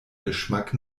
geschmack